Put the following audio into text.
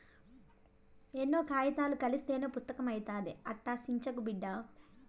ఎన్నో కాయితాలు కలస్తేనే పుస్తకం అయితాది, అట్టా సించకు బిడ్డా